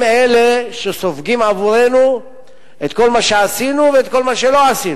הם אלה שסופגים עבורנו את כל מה שעשינו ואת כל מה שלא עשינו.